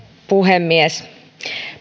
puhemies